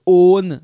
own